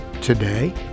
today